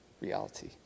reality